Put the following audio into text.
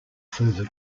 further